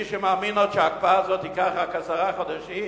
ומישהו מאמין עוד שההקפאה הזאת תיקח רק עשרה חודשים?